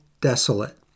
desolate